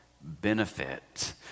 benefit